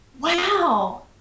wow